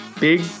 big